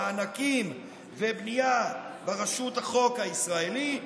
מענקים ובנייה ברשות החוק הישראלי,